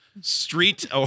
street